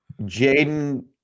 Jaden